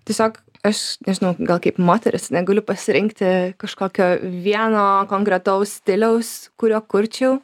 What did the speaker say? tiesiog aš nežinau gal kaip moteris negaliu pasirinkti kažkokio vieno konkretaus stiliaus kuriuo kurčiau